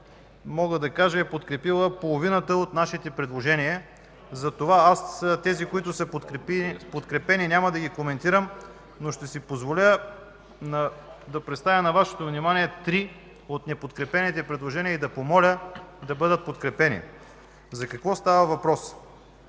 мога да кажа, е подкрепила половината от нашите предложения. Затова подкрепените предложения няма да коментирам, но ще си позволя да поставя на Вашето внимание три от неподкрепените предложения и да помоля да бъдат подкрепени. За какво става въпрос?